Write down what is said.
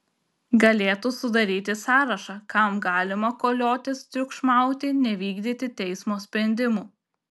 galėtų sudaryti sąrašą kam galima koliotis triukšmauti nevykdyti teismo sprendimų